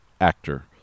actor